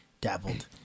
dabbled